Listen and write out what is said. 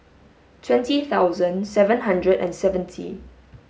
twenty thousand seven hundred and seventy